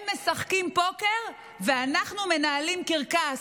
הם משחקים פוקר ואנחנו מנהלים קרקס.